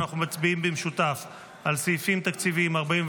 אנחנו מצביעים במשותף על סעיפים תקציביים 41,